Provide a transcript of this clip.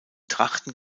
trachten